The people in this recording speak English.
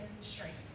strength